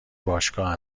باشگاه